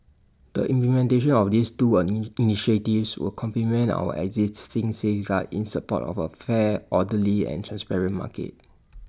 the implementation of these two initiatives will complement our existing safeguards in support of A fair orderly and transparent market